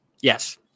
Yes